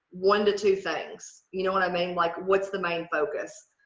one to two things, you know what i mean? like, what's the main focus?